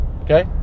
Okay